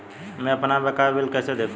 मैं अपना बकाया बिल कैसे देखूं?